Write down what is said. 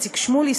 איציק שמולי,